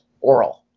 oral